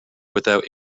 without